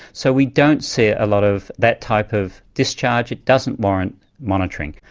so we don't see a lot of that type of discharge, it doesn't warrant monitoring.